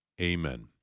amen